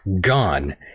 gone